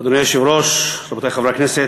אדוני היושב-ראש, רבותי חברי הכנסת,